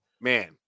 Man